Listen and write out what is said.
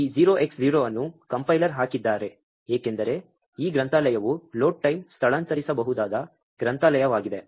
ಆದ್ದರಿಂದ ಈ 0X0 ಅನ್ನು ಕಂಪೈಲರ್ ಹಾಕಿದ್ದಾರೆ ಏಕೆಂದರೆ ಈ ಗ್ರಂಥಾಲಯವು ಲೋಡ್ ಟೈಮ್ ಸ್ಥಳಾಂತರಿಸಬಹುದಾದ ಗ್ರಂಥಾಲಯವಾಗಿದೆ